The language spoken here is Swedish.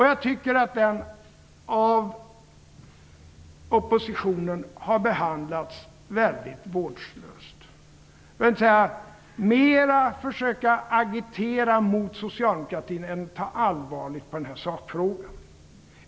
Jag tycker att den av oppositionen har behandlats väldigt vårdslöst, för att inte säga att den mer har försökt att agitera mot socialdemokratin än att ta allvarligt på sakfrågan.